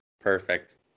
Perfect